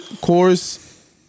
chorus